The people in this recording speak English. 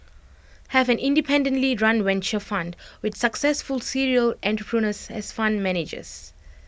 have an independently run venture fund with successful serial entrepreneurs as fund managers